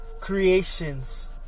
creations